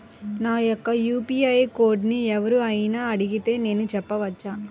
నా యొక్క యూ.పీ.ఐ కోడ్ని ఎవరు అయినా అడిగితే నేను చెప్పవచ్చా?